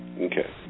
Okay